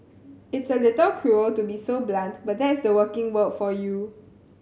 it's a little cruel to be so blunt but that's the working world for you